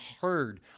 heard